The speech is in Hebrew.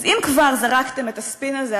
אז אם כבר זרקתם את הספין הזה,